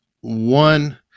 One